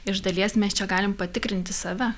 iš dalies mes čia galim patikrinti save